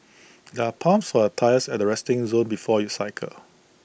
there are pumps for A tyres at resting zone before you cycle